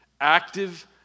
Active